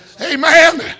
Amen